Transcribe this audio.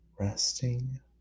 resting